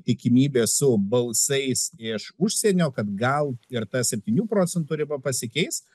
tikimybė su balsais iš užsienio kad gal ir ta septynių procentų riba pasikeis